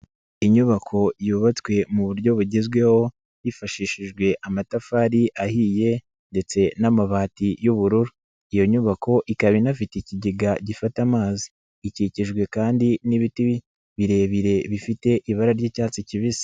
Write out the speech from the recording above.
Inyubako yubatswe mu buryo bugezweho hifashishijwe amatafari ahiye ndetse n'amabati y'ubururu, iyo nyubako ikaba inafite ikigega gifata amazi, ikikijwe kandi n'ibiti birebire bifite ibara ry'icyatsi kibisi.